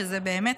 שזה באמת,